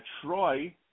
Troy